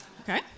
Okay